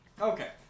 Okay